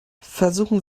versuchen